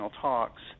talks